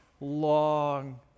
long